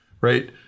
right